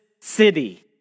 city